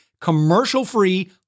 commercial-free